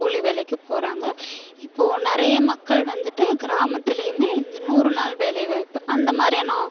கூலி வேலைக்கு போகறாங்க இப்போ நிறைய மக்கள் வந்துவிட்டு கிராமத்துலையுமே இந்த நூறு நாள் வேலை வாய்ப்பு அந்த மாதிரினா